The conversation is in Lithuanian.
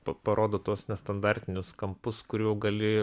pa parodo tuos nestandartinius kampus kurių gali